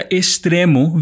extremo